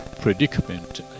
predicament